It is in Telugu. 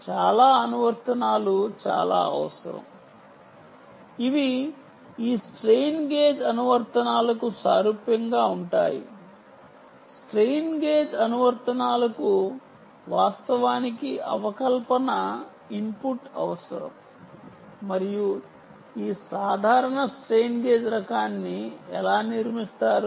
చాలా అనువర్తనాలు చాలా అవసరం ఇవి ఈ స్ట్రెయిన్ గేజ్ అనువర్తనాలకు సారూప్యంగా ఉంటాయి స్ట్రెయిన్ గేజ్ అనువర్తనాలకు వాస్తవానికి అవకలన ఇన్పుట్లు అవసరం మరియు ఈ సాధారణ స్ట్రెయిన్ గేజ్ రకాన్ని ఎలా నిర్మిస్తారు